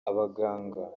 abaganga